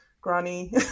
granny